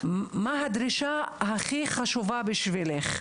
ומה הדרישה הכי חשובה עבורך,